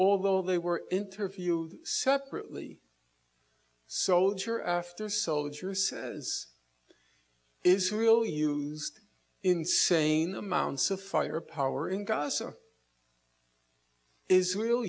although they were interview separately soldier after soldier says israel used insane amounts of firepower in gaza israel